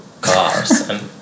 cars